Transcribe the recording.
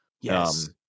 yes